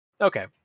Okay